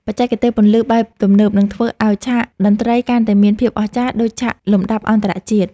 បច្ចេកទេសពន្លឺបែបទំនើបនឹងធ្វើឱ្យឆាកតន្ត្រីកាន់តែមានភាពអស្ចារ្យដូចឆាកលំដាប់អន្តរជាតិ។